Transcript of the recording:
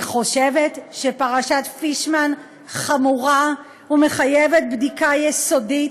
אני חושבת שפרשת פישמן חמורה ומחייבת בדיקה יסודית,